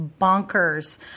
bonkers